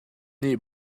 nih